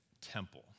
temple